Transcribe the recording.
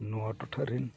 ᱱᱚᱣᱟ ᱴᱚᱴᱷᱟ ᱨᱮᱱ